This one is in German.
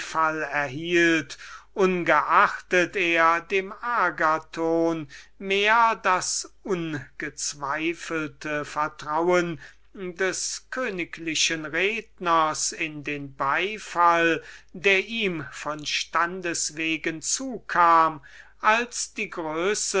wurde ungeachtet er dem agathon mehr das ungezweifelte vertrauen des königlichen redners in den beifall der ihm von standes wegen zukam als die größe